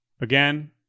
again